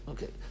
Okay